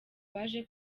baje